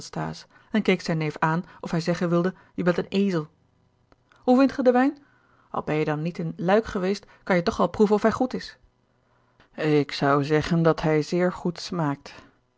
en keek zijn neef aan of hij zeggen wilde je bent een ezel hoe vindt ge den wijn al ben je dan niet in luik geweest kan je toch wel proeven of hij goed is ik zou zeggen dat hij zeer goed smaakt